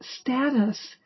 status